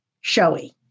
showy